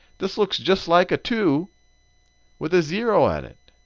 this looks just like a two with a zero added.